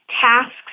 tasks